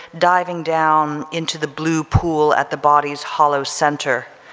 diving down into the blue pool at the body's hollow center,